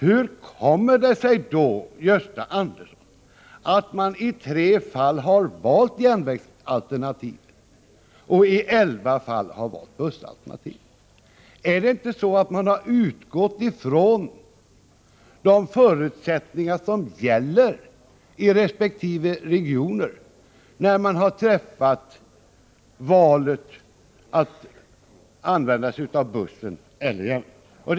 Hur kommer det sig då, Gösta Andersson, att man i tre fall har valt järnvägsalternativet och i elva fall valt bussalternativet? Är det inte så att man har utgått från de förutsättningar som gäller i resp. regioner, när man har träffat valet att använda sig av buss resp. järnväg?